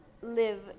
live